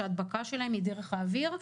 שההדבקה שלהם היא דרך האוויר.